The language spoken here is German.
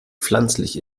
pflanzlich